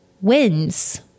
wins